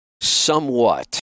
Somewhat